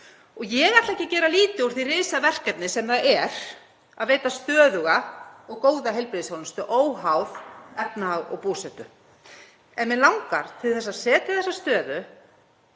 Ég ætla ekki að gera lítið úr því risaverkefni sem það er að veita stöðuga og góða heilbrigðisþjónustu óháð efnahag og búsetu en mig langar að setja þessa stöðu